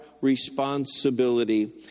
responsibility